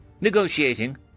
Negotiating